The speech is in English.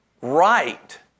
right